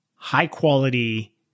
high-quality